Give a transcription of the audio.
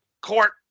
Court